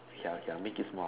ya ya make it small